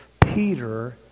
Peter